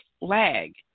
lag